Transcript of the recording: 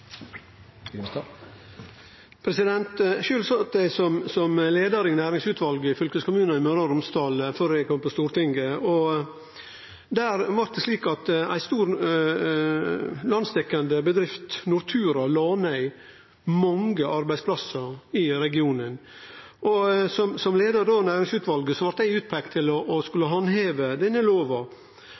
Sjølv satt eg som leiar i næringsutvalet i fylkeskommunen i Møre og Romsdal før eg kom til Stortinget. Der var det slik at ein stor landsdekkjande bedrift, Nortura, la ned mange arbeidsplassar i regionen. Som leiar av næringsutvalet blei eg utpeikt til å skulle handheve denne lova.